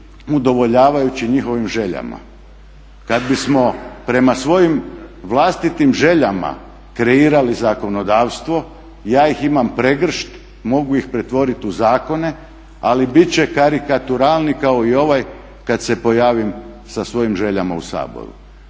udovoljavajući njihovim željama. Kad bismo prema svojim vlastitim željama kreirali zakonodavstvo ja ih imam pregršt mogu ih pretvoriti u zakone, ali bit će karikaturalni kao i ovaj kad se pojavim sa svojim željama u Saboru.